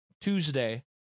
tuesday